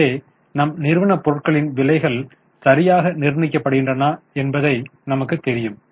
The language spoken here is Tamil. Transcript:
எனவே நம் நிறுவன பொருட்களின் விலைகள் சரியாக நிர்ணயிக்கப்படுகின்றன என்பது நமக்குத் தெரியும்